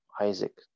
Isaac